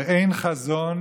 באין חזון